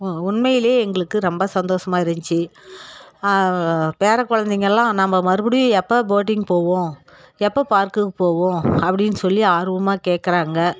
ம் உண்மையிலே எங்களுக்கு ரொம்ப சந்தோஷமாக இருந்துச்சு பேர குழந்தைங்கெல்லாம் நம்ம மறுபடியும் எப்போ போட்டிங் போவோம் எப்போ பார்க்குக்கு போவோம் அப்படின்னு சொல்லி ஆர்வமாக கேட்குறாங்க